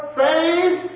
faith